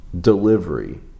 delivery